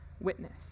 witness